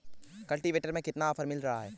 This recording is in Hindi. कल्टीवेटर में कितना ऑफर मिल रहा है?